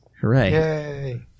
Hooray